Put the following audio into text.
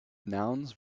nouns